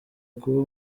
kuba